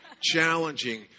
challenging